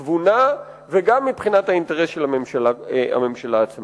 התבונה, וגם מבחינת האינטרס של הממשלה עצמה.